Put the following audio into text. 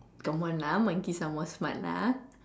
come on lah monkeys are more smart lah